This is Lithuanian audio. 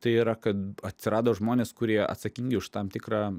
tai yra kad atsirado žmonės kurie atsakingi už tam tikrą